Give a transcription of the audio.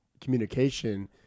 communication